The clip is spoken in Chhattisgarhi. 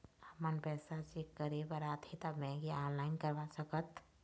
आपमन पैसा चेक करे बार आथे ता बैंक या ऑनलाइन करवा सकत?